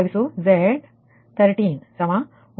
01j 0